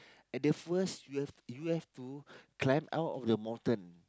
at the first you have you have to climb out of the mountain